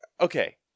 Okay